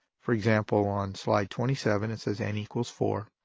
for example, on slide twenty seven it says n equals four.